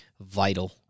vital